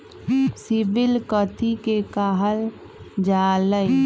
CIBIL कथि के काहल जा लई?